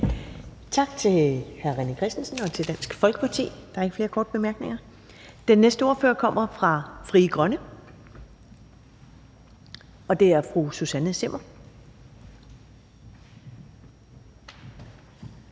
Tak til hr. René Christensen og til Dansk Folkeparti. Der er ikke flere korte bemærkninger. Den næste ordfører kommer fra Frie Grønne, og det er fru Susanne Zimmer.